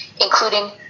including